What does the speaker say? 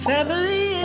Family